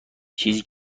چیزی